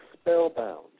spellbound